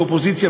כאופוזיציה,